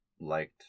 liked